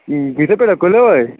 اِتھٕے پٲٹھۍ یا کُلہِ واد